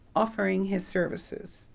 offering his services.